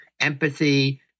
empathy